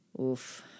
Oof